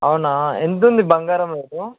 అవునా ఎంత ఉంది బంగారం రేటు